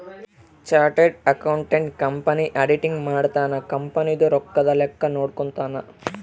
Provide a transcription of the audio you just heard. chartered accountant company auditing ಮಾಡ್ತನ company ದು ರೊಕ್ಕದ ಲೆಕ್ಕ ನೋಡ್ಕೊತಾನ